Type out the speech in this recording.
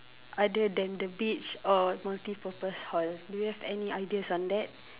other than the beach or multi purpose hall do you have any ideas on that